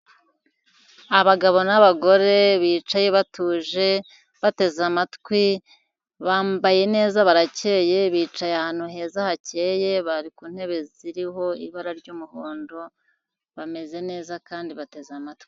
Abagabo n'abagore bicaye batuje, bateze amatwi, bambaye neza barakeye, bicaye ahantu heza hakeye, bari ku ntebe ziriho ibara ry'umuhondo, bameze neza kandi bateze amatwi.